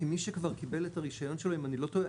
כי מי שכבר קיבל את הרישיון שלו אם אני לא טועה,